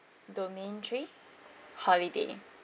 domain three holiday